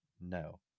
No